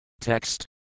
Text